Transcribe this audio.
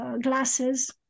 glasses